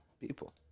people